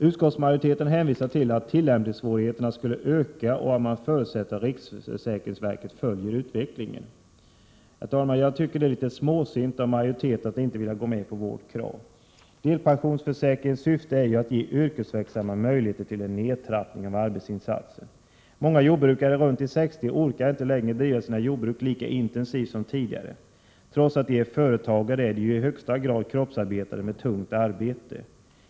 Utskottsmajoriteten hänvisar till att tillämpningssvårigheterna skulle öka och att man förutsätter att riksförsäkringsverket följer utvecklingen. Herr talman! Jag tycker att det är litet småsint av majoriteten att inte vilja gå med på vårt krav. Delpensionsförsäkringens syfte är ju att ge yrkesverksamma möjlighet till en nedtrappning av arbetsinsatsen. Många jordbrukare i 60-årsåldern orkar inte längre driva sina jordbruk lika intensivt som tidigare. Trots att de är företagare är de i högsta grad kroppsarbetare med tungt arbete.